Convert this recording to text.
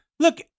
Look